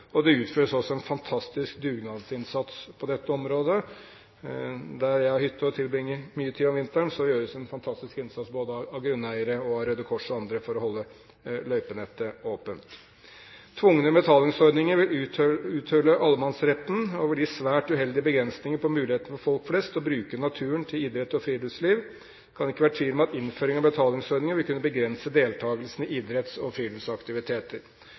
Det utføres også en fantastisk dugnadsinnsats på dette området. Der jeg har hytte og tilbringer mye tid om vinteren, gjøres en fantastisk innsats av både grunneiere, Røde Kors og andre for å holde løypenettet åpent. Tvungne betalingsordninger vil uthule allemannsretten og gi svært uheldige begrensninger på muligheten for folk flest til å bruke naturen til idrett og friluftsliv. Det kan ikke være tvil om at innføringen av betalingsordninger vil kunne begrense deltakelsene i idretts- og